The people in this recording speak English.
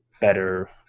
better